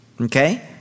okay